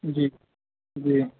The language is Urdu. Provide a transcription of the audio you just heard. جی جی